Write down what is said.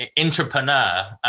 entrepreneur